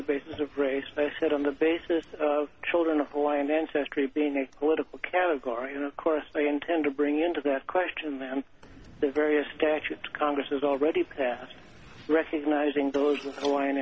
the basis of race based it on the basis of children of hawaii and ancestry being a political category and of course they intend to bring into that question that the various statute congress has already passed recognizing